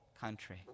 country